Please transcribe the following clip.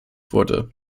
wurde